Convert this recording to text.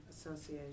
Association